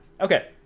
Okay